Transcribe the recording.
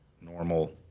normal